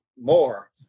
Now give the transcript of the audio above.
more